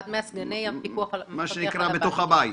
מה שנקרא, "בתוך הבית".